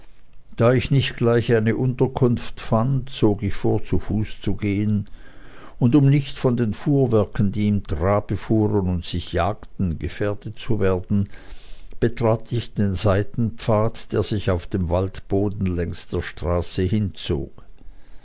da ich nicht gleich eine unterkunft fand zog ich vor zu fuß zu gehen und um nicht von den fuhrwerken die im trabe fuhren und sich jagten gefährdet zu werden betrat ich den seitenpfad der sich auf dem waldboden längs der straße hinzog